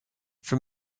for